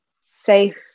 safe